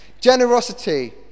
Generosity